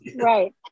right